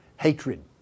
hatred